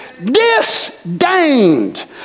Disdained